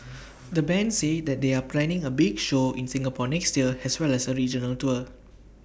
the Band say they are planning A big show in Singapore next year as well as A regional tour